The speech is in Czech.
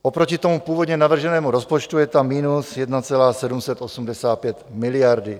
Oproti tomu původně navrženému rozpočtu je tam minus 1,785 miliardy.